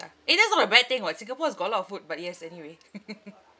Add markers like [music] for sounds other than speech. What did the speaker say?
ya eh that's not a bad thing [what] singapore has got a lot of food but yes anyway [laughs]